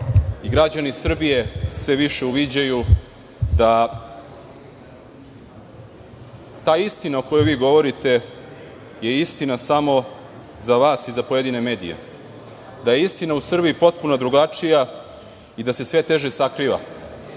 i građani Srbije sve više uviđaju da je ta istina, o kojoj vi govorite, istina samo za vas i za pojedine medije, u Srbiji potpuno drugačija i da se sve teže sakriva.